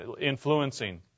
influencing